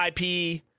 IP